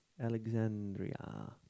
Alexandria